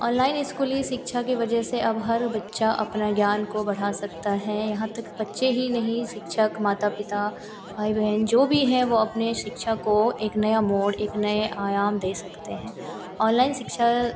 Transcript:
online स्कूली शिक्षा की वजह से अब हर बच्चा अपने ज्ञान को बढ़ा सकता है यहाँ तक बच्चे ही नहीं शिक्षक माता पिता भाई बहन जो भी हैं वे अपने शिक्षा को एक नया मोड़ एक नए आयाम दे सकते हैं ऑनलाइन शिक्षा